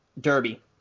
derby